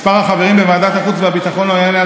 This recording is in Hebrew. מספר החברים בוועדת החוץ והביטחון לא יעלה על